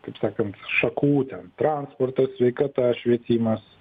kaip sakant šakų ten transportas sveikata švietimas